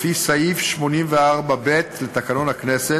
לפי סעיף 84(ב) לתקנון הכנסת,